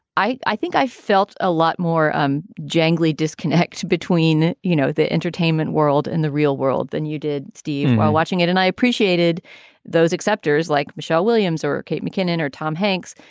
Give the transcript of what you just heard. i i think i felt a lot more um jangly disconnect between, you know, the entertainment world and the real world than you did steve while watching it. and i appreciated those acceptors like michelle williams or kate mccann and or tom hanks,